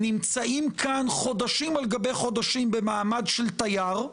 נמצאים פה חודשים על גבי חודשים במעמד של תייר,